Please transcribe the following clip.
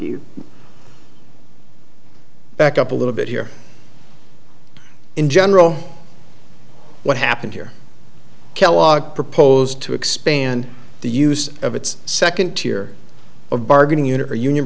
e back up a little bit here in general what happened here kellogg proposed to expand the use of its second tier of bargaining unit for union